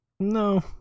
No